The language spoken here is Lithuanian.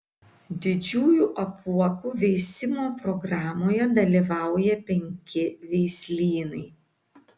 didžiųjų apuokų veisimo programoje dalyvauja penki veislynai